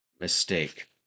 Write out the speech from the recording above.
mistake